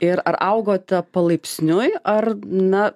ir ar augote palaipsniui ar na